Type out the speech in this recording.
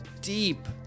deep